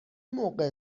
موقع